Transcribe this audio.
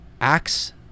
acts